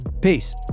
Peace